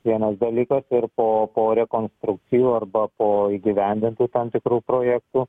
vienas dalykas ir po po rekonstrukcijų arba po įgyvendintų tam tikrų projektų